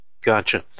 Gotcha